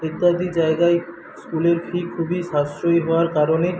ইত্যাদি জায়গায় স্কুলের ফি খুবই সাশ্রয়ী হওয়ার কারণে